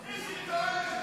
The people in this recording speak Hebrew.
--- אני שואל,